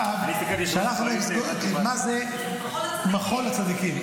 הייתי כאן יושב-ראש הקואליציה,